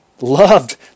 loved